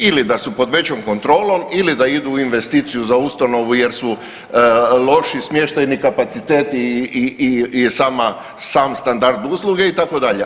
Ili da su pod većom kontrolom ili da idu u investiciju za ustanovu jer su loši smještajni kapaciteti i sam standard usluge itd.